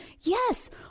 yes